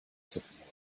sycamore